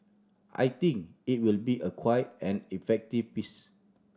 I think it will be a quite an effective piece